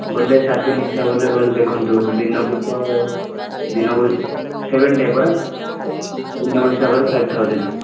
ବୋଲେ ସାତଦିନ ହିସାବ ବୋଲେ କହିଲେ ଦେଖନ୍ତୁ ଦିନକୁ ତ ଦିନକୁ ସେଭେନ୍ ଡେ ପରା ଦିନକୁ ହିସାବରେ ଫାଇଭ୍ ଥାଉଜେଣ୍ଡ୍